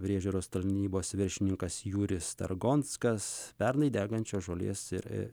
priežiūros tarnybos viršininkas jūris targonskas pernai degančios žolės ir